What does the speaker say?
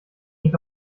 mich